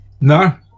No